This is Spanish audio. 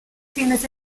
fines